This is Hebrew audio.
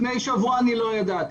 לפני שבוע לא ידעתי.